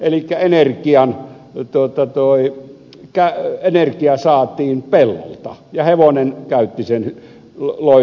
silloinhan energia saatiin pellolta ja hevonen loi sen käyttövoimaksi